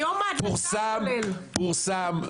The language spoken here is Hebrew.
פורסם,